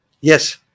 Yes